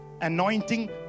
Anointing